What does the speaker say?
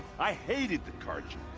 i hated the carja.